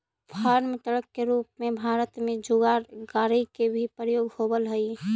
farm truck के रूप में भारत में जुगाड़ गाड़ि के भी प्रयोग होवऽ हई